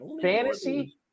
Fantasy